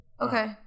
Okay